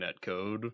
netcode